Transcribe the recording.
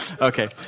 Okay